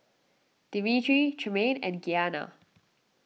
Dimitri Tremayne and Giana